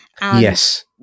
yes